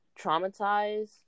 traumatized